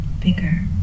bigger